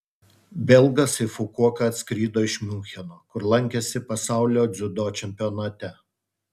belgas į fukuoką atskrido iš miuncheno kur lankėsi pasaulio dziudo čempionate